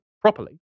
properly